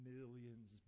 Millions